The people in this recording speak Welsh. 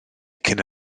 cyn